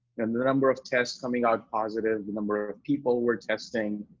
and the number of tests coming out positive, the number of people we're testing,